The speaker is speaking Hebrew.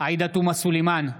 עאידה תומא סלימאן,